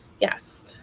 Yes